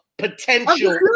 Potential